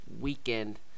weekend